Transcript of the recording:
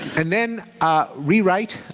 and then rewrite,